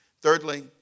Thirdly